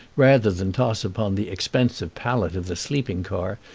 rather than toss upon the expensive pallet of the sleeping-car,